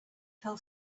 fell